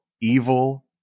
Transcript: evil